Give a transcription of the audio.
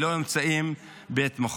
ולא נמצאים בהתמחות.